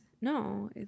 No